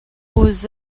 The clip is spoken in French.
aux